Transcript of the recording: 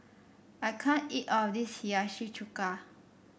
I can't eat all of this Hiyashi Chuka